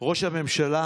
ראש הממשלה